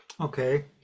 Okay